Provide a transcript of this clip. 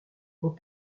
ont